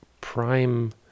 prime